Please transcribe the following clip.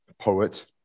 poet